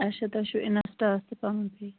اَچھا تُہۍ چھِو اِنسٹا تہِ پنُن